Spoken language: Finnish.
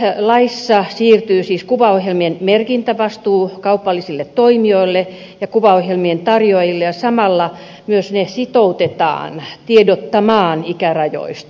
tässä laissa siirtyy siis kuvaohjelmien merkintävastuu kaupallisille toimijoille ja kuvaohjelmien tarjoajille ja samalla ne myös sitoutetaan tiedottamaan ikärajoista